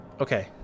Okay